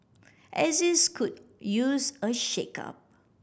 axis could use a shakeup